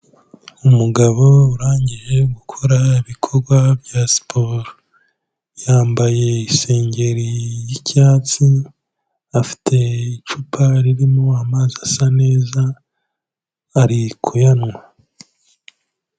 Umugabo urangije gukora ibikorwa bya siporo, yambaye isengeri y'icyatsi, afite icupa ririmo amazi asa neza, ari kuyanywa.